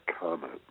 comment